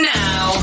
now